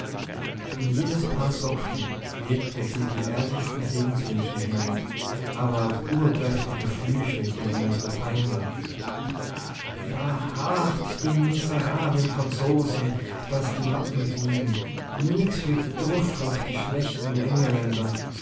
in jedes paar socken webte sie die ehrlichsten segenswünsche hinein aber auch urkräftige flüche gegen unsere feinde verhaacht die miserawele franzose daß die lappe flie'e nix wie druff uff die schleechte